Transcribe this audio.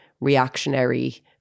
reactionary